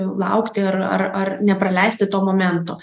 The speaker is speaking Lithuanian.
laukti ar ar ar nepraleisti to momento